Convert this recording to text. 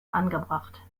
angebracht